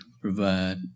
provide